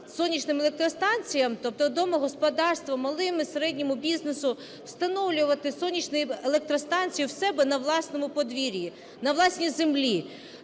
сонячним електростанціям, тобто домогосподарствам, малому і середньому бізнесу, встановлювати сонячні електростанції у себе на власному подвір'ї, на власній землі.